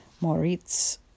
Moritz